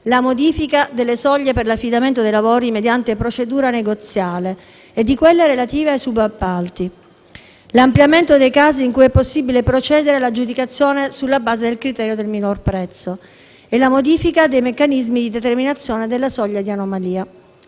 la modifica delle soglie per l'affidamento dei lavori mediante procedura negoziale e di quelle relative ai subappalti; l'ampliamento dei casi in cui è possibile procedere all'aggiudicazione sulla base del criterio del minor prezzo e la modifica dei meccanismi di determinazione della soglia di anomalia